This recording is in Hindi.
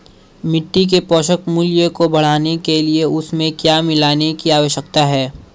मिट्टी के पोषक मूल्य को बढ़ाने के लिए उसमें क्या मिलाने की आवश्यकता है?